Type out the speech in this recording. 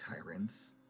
tyrants